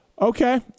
Okay